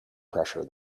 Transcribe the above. pressure